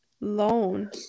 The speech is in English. loan